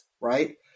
right